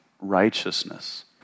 righteousness